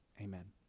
Amen